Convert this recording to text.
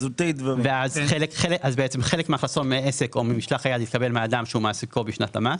אז בעצם 'חלק מהכנסתו או ממשלח היד התקבל מאדם שהוא מעסיקו בשנת המס'.